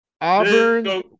Auburn